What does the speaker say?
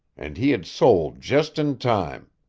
and he had sold just in time.